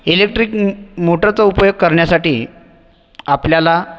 electric मोटरचा उपयोग करण्यासाठी आपल्याला